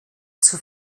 zur